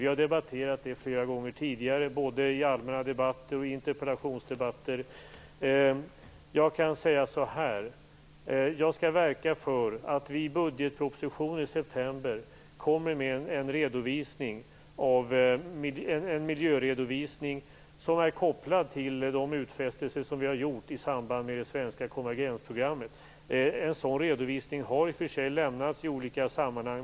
Vi har debatterat den flera gånger tidigare, både i allmänna debatter och i interpellationsdebatter. Jag kan säga så här: Jag skall verka för att vi i budgetpropositionen i september kommer med en miljöredovisning som är kopplad till de utfästelser som vi har gjort i samband med det svenska konvergensprogrammet. En sådan redovisning har i och för sig lämnats i olika sammanhang.